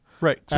Right